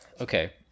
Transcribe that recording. Okay